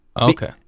Okay